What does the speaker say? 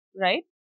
right